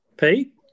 Pete